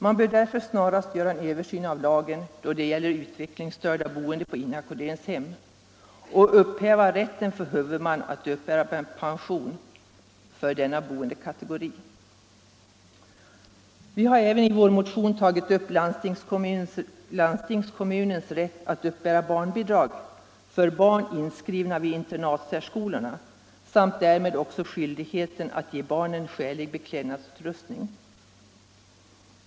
Man bör därför snarast göra en översyn av lagen i fråga om utvecklingsstörda boende på inackorderingshem och upphäva rätten för huvudman att uppbära pensionen för denna boendekategori. Vi har i vår motion även tagit upp landstingskommunens rätt att uppbära barnbidrag för barn inskrivna vid internatsärskolorna samt därmed sammanhängande skyldighet att ge barnen skälig beklädnadsutrustning.